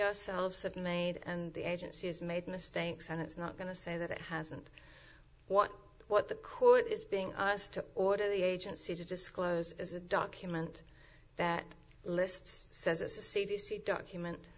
ourselves have made and the agency has made mistakes and it's not going to say that it hasn't what what the court is being us to order the agency to disclose is a document that lists says a c d c document